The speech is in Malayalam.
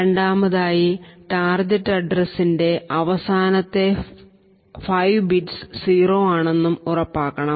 രണ്ടാമതായി ടാർജറ്റ് അഡ്രസിൻറെ അവസാനത്തെ 5 ബിറ്റ് 0 ആണെന്നും ഉറപ്പാക്കണം